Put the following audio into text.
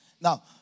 now